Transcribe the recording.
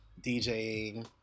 DJing